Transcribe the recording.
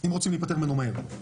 אם רוצים להפטר ממנו מהר.